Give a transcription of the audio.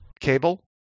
cable